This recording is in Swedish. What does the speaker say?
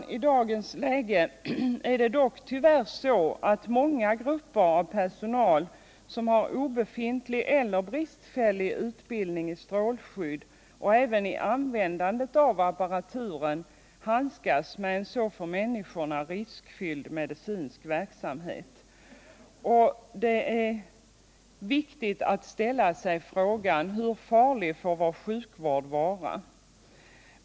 I dagens läge är det dock tyvärr så att många grupper av personal som har obefintlig eller bristfällig utbildning i strålskydd och även i användandet av apparaturen handskas med en för människorna så riskfylld medicinsk verksamhet. Det är viktigt att ställa sig frågan: Hur farlig får vår sjukvård vara?